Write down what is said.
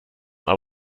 dann